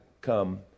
come